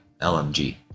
lmg